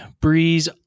Breeze